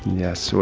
yes. so